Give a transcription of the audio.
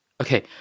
Okay